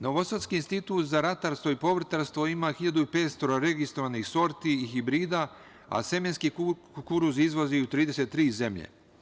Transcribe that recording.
Novosadski institut za ratarstvo i povrtarstvo ima 1.500 registrovanih sorti i hibrida, a semenski kukuruz izvozi u 33 zemlje.